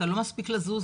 אתה לא מספיק לזוז,